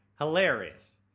Hilarious